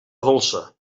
dolça